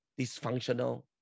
dysfunctional